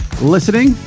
listening